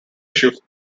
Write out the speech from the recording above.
issues